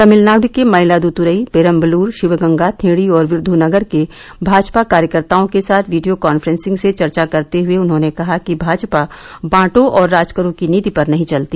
तमिलनाडु के माइलादुतुरई पेराम्बलूर शिवगंगा थेणी और विरूधनगर के भाजपा कार्यकर्ताओं के साथ वीडियो काफ्रेंसिंग से चर्चा करते हुए उन्होंने कहा कि भाजपा बांटो और राज करो की नीति पर नहीं चलती